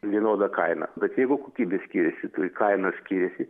vienoda kaina bet jeigu kokybiški šit kaina skiriasi